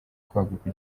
kwaguka